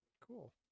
Cool